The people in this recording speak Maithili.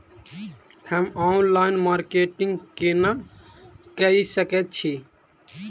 हम ऑनलाइन मार्केटिंग केना कऽ सकैत छी?